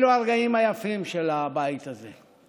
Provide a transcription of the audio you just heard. אלו הרגעים היפים של הבית הזה,